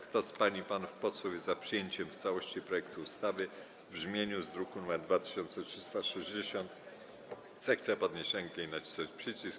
Kto z pań i panów posłów jest za przyjęciem w całości projektu ustawy w brzmieniu z druku nr 2360, zechce podnieść rękę i nacisnąć przycisk.